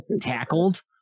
tackled